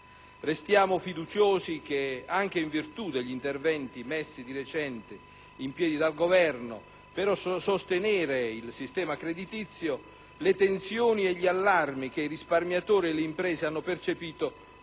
Restiamo fiduciosi che, anche in virtù degli interventi di recente messi in piedi dal Governo per sostenere il sistema creditizio, le tensioni e gli allarmi che i risparmiatori e le imprese hanno percepito